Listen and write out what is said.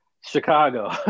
Chicago